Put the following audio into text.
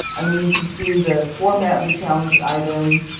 and then you can see the format of the challenged item,